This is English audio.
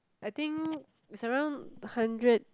I think it's around hundred